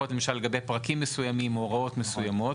יכול להיות למשל כלפי פרקים מסוימים או הוראות מסוימות,